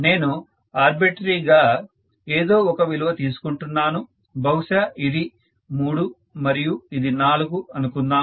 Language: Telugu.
నేను ఆర్బిట్రరీ గా ఏదో ఒక విలువ తీసుకుంటున్నాను బహుశా ఇది 3 మరియు ఇది 4 అనుకుంటాను